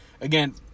again